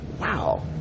Wow